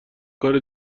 کار